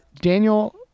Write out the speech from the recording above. Daniel